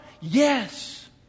Yes